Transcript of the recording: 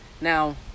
Now